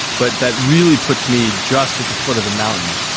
but that really puts me just at the foot of the mountain.